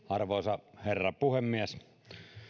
arvoisa herra puhemies